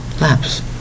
lapse